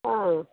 ஆ